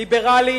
ליברלית,